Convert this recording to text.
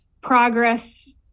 progress